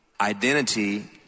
Identity